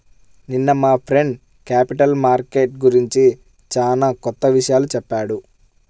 నిన్న మా friend capital market గురించి చానా కొత్త విషయాలు చెప్పాడు